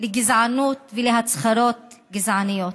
לגזענות ולהצהרות גזעניות.